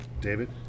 David